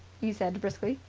he said briskly.